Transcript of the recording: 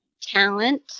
talent